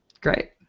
Great